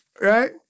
right